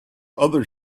other